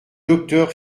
docteur